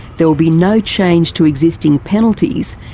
there will be no change to existing penalties,